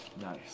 Nice